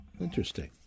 Interesting